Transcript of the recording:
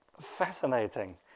fascinating